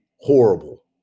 horrible